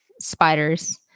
spiders